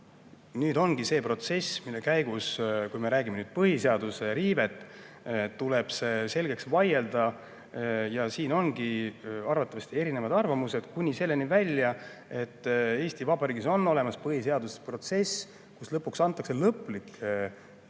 Nüüd ongi see protsess, mille käigus, kui me räägime põhiseaduse riivest, tuleb see selgeks vaielda. Ja siin on arvatavasti erinevad arvamused kuni selleni välja, et Eesti Vabariigis on olemas põhiseaduslik protsess, kus antakse lõplik